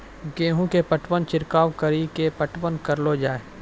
गेहूँ के पटवन छिड़काव कड़ी के पटवन करलो जाय?